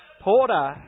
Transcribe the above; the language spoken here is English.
Porter